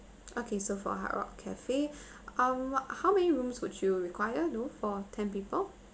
okay so for hard rock cafe um what how many rooms would you require no for ten people